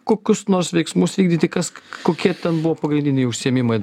kokius nors veiksmus vykdyti kas kokie ten buvo pagrindiniai užsiėmimai